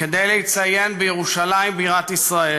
כדי לציין, בירושלים בירת ישראל,